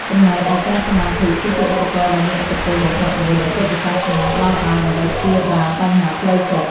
ចំណែកឯការសមាធិ គឺជាឧបករណ៍ដ៏មានឥទ្ធិពលបំផុតមួយដែលពុទ្ធសាសនាផ្ដល់ឱ្យ ដើម្បីព្យាបាលបញ្ហាផ្លូវចិត្ត។